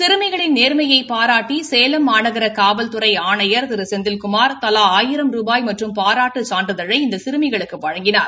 சிறுமிகளின் நேர்மையை பாராட்டி சேலம் மாநகர காவல்துறை ஆணையா் திரு செந்தில்குமாா் தலா ஆயிரம் ரூபாய் மற்றும் பாராட்டுச் சான்றிதழை இந்த சிறுமிகளுக்கு வழங்கினார்